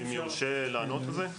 מי הכין את